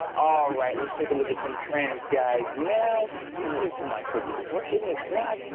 all right, let's take a look at some transguide now if my clicker is working it's not.